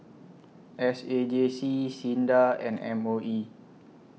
S A J C SINDA and M O E